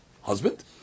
husband